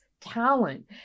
talent